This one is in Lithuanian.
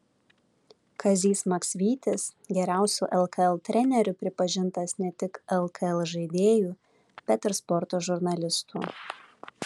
kazys maksvytis geriausiu lkl treneriu pripažintas ne tik lkl žaidėjų bet ir sporto žurnalistų